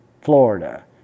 Florida